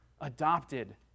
adopted